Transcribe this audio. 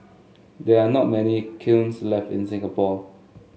there are not many kilns left in Singapore